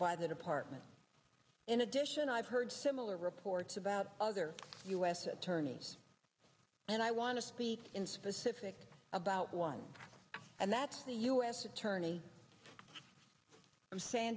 by the department in addition i've heard similar reports about other u s attorneys and i want to speak in specific about one and that's the u s attorney from san